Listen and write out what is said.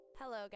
Hello